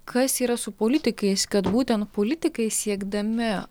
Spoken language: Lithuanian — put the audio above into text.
kas yra su politikais kad būtent politikai siekdami